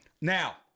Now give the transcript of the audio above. Now